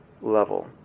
level